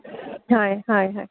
হয় হয় হয়